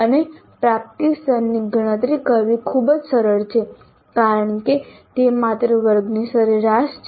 અને પ્રાપ્તિ સ્તરની ગણતરી કરવી ખૂબ જ સરળ છે કારણ કે તે માત્ર વર્ગની સરેરાશ છે